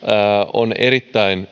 on erittäin